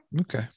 Okay